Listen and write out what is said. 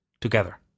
together